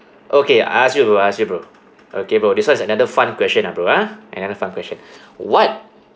okay I ask you I ask you bro okay bro this one is another fun question ah bro ah another fun question what